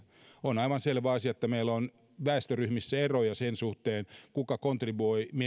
on aivan selvä asia että meillä on väestöryhmissä eroja sen suhteen kuka kontribuoi